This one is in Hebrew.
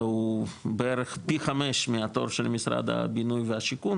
הוא בערך פי חמש מהתור של משרד הבינו והשיכון,